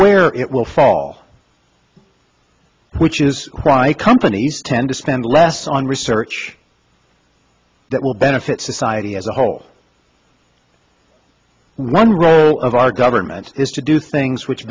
where it will fall which is why companies tend to spend less on research that will benefit society as a whole one role of our government is to do things which